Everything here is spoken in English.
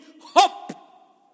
hope